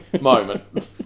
moment